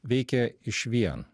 veikė išvien